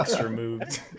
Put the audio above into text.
removed